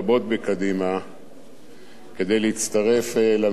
כדי להצטרף לממשלה הזאת